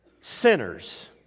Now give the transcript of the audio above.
Sinners